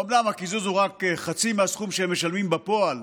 אומנם הקיזוז הוא רק חצי מהסכום שהם משלמים בפועל